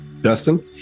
dustin